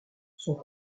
sont